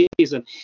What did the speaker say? season